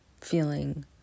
feeling